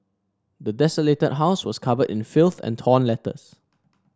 the desolated house was covered in filth and torn letters